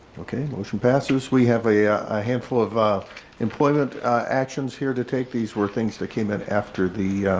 okay, motion passes. we have a handful of of employment actions here to take these were things that came in after, the